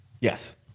Yes